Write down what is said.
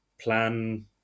plan